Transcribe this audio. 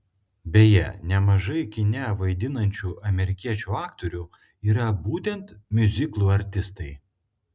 beje nemažai kine vaidinančių amerikiečių aktorių yra būtent miuziklų artistai